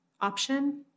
option